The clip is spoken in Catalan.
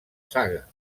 saga